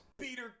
Peter